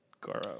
Goro